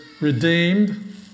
redeemed